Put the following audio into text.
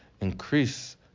increase